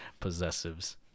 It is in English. possessives